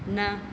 न